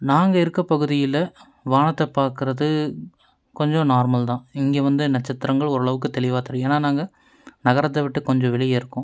நாங்கள் இருக்க பகுதியில் வானத்தை பார்க்குறது கொஞ்சம் நார்மல் தான் இங்கே வந்து நட்சத்திரங்கள் ஓரளவுக்கு தெளிவாக தெரியும் ஏன்னா நாங்கள் நகரத்தை விட்டு கொஞ்ச வெளியே இருக்கோம்